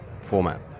format